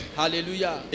hallelujah